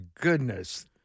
goodness